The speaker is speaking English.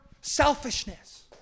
selfishness